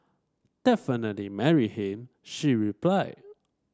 definitely marry him she replied